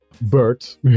Bert